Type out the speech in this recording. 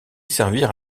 servir